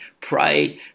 pray